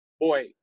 boy